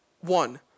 One